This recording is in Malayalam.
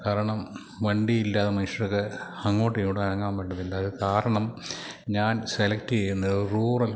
കാരണം വണ്ടിയില്ലാതെ മനുഷ്യർക്ക് അങ്ങോട്ടും ഇങ്ങോട്ടും അനങ്ങാൻ പറ്റത്തില്ല അത് കാരണം ഞാൻ സെലക്റ്റ് ചെയ്യുന്നത് റൂറൽ